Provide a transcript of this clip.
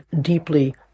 deeply